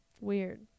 Weird